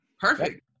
Perfect